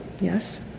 Yes